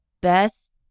best